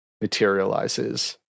materializes